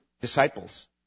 disciples